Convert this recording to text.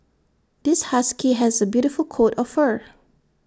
this husky has A beautiful coat of fur